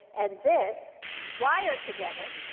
and this wire together.